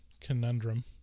conundrum